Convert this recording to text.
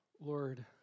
Lord